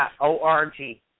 Org